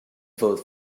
vote